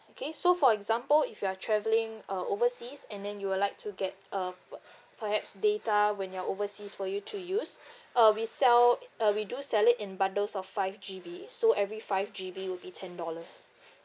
okay so for example if you are travelling uh overseas and then you'll like to get uh perhaps data when you're overseas for you to use uh we sell uh we do sell it in bundles of five G_B so every five G_B will be ten dollars